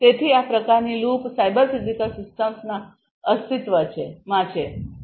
તેથી આ પ્રકારની લૂપ સાયબર ફિઝિકલ સિસ્ટમ્સમાં અસ્તિત્વમાં છે